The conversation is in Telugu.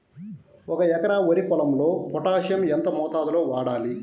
ఒక ఎకరా వరి పొలంలో పోటాషియం ఎంత మోతాదులో వాడాలి?